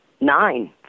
nine